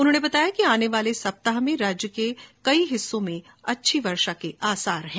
उन्होंने बताया कि आने वाले सप्ताह में भी राज्य के ज्यादातर हिस्सों में अच्छी बर्षा के आसार हैं